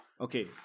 Okay